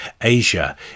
Asia